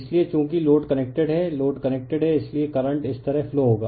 इसलिए चूंकि load connected है लोड कनेक्टेड है इसलिए करंट इस तरह फ्लो होगा